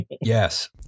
Yes